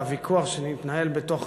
והוויכוח שמתנהל בתוך